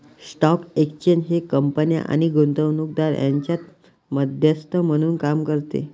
stock exchange हे कंपन्या आणि गुंतवणूकदार यांच्यात मध्यस्थ म्हणून काम करते